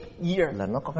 year